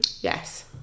Yes